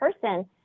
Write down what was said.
person